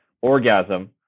orgasm